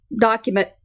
document